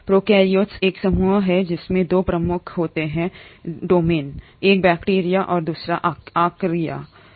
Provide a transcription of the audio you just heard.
prokaryotes एक समूह है जिसमें 2 प्रमुख होते हैं डोमेन एक बैक्टीरिया है दूसरा एक आर्किया है